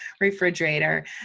refrigerator